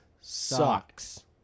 sucks